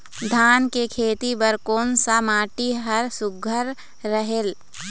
धान के खेती बर कोन सा माटी हर सुघ्घर रहेल?